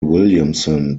williamson